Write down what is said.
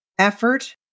effort